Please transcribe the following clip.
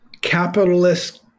capitalist